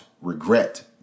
regret